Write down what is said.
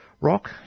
rock